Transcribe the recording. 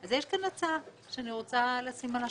אז יש כאן הצעה שאני רוצה לשים על השולחן: